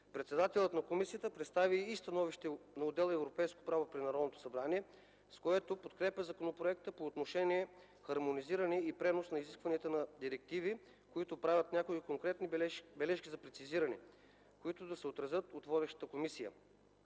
Председателят на комисията представи и становище на отдел „Европейско право” при Народното събрание, с което подкрепя законопроекта по отношение хармонизиране и пренос на изисквания на директиви, като правят някои конкретни бележки за прецизиране, които да се отразят от водещата комисия.